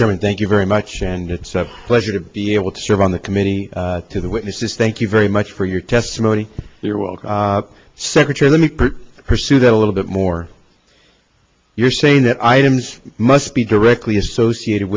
german thank you very much and pleasure to be able to serve on the committee to the witnesses thank you very much for your testimony your welcome secretary let me pursue that a little bit more you're saying that items must be directly associated